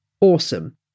awesome